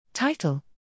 Title